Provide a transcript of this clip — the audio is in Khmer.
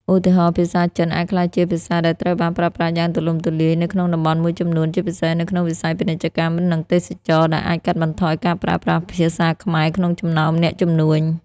ឧទាហរណ៍ ភាសាចិនអាចក្លាយជាភាសាដែលត្រូវបានប្រើប្រាស់យ៉ាងទូលំទូលាយនៅក្នុងតំបន់មួយចំនួន ជាពិសេសនៅក្នុងវិស័យពាណិជ្ជកម្ម និងទេសចរណ៍ ដែលអាចកាត់បន្ថយការប្រើប្រាស់ភាសាខ្មែរក្នុងចំណោមអ្នកជំនួញ។